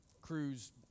crew's